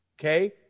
okay